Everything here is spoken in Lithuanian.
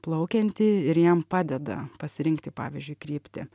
plaukiantį ir jam padeda pasirinkti pavyzdžiui kryptį